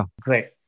Great